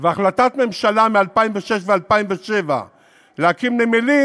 והחלטת ממשלה מ-2006 ו-2007 להקים נמלים,